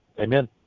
Amen